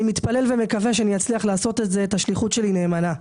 אני מתפלל ומקווה שאני אצליח לעשות את העבודה שלי נאמנה.